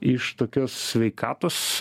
iš tokios sveikatos